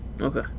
Okay